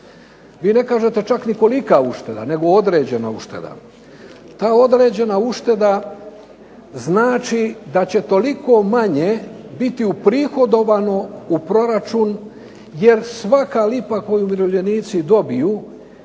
Vi ne kažete čak ni kolika ušteda, nego određena ušteda. Ta određena ušteda znači da će toliko manje biti uprihodovano u proračun jer svaka lipa koju umirovljenici dobiju